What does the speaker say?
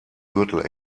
gürtel